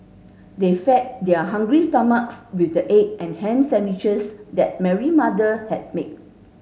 they fed their hungry stomachs with the egg and ham sandwiches that Mary mother had made